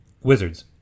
Wizards